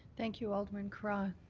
thank you, alderman carra.